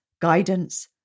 guidance